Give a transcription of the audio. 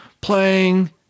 playing